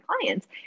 clients